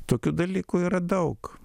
tokių dalykų yra daug